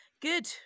good